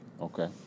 okay